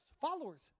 followers